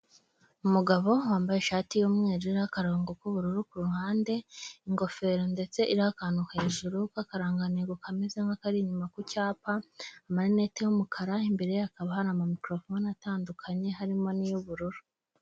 Umugabo wambaye ishati y'umweru n'akarongo k'ubururu ku ruhande, ingofero ndetse iriho akantu hejuru k'akaranga ntego kameze nk'akari inyuma ku cyapa, amarinete y'umukara imbere hakaba hari ama mikorofone atandukanye harimo n'iy'ubururu.